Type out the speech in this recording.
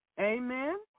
Amen